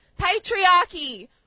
patriarchy